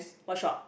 what shop